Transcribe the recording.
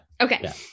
Okay